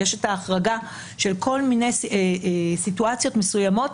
יש החרגה של כל מיני סיטואציות מסוימות,